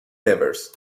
nevers